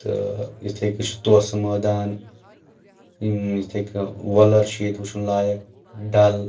تہٕ یِتھٕے کٔنۍ چھُ توسہٕ مٲدان یِم یِتھٕے کٔنۍ وۄلر چھ ییٚتہِ وٕچھُن لایق ڈل